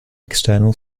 external